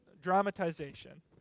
dramatization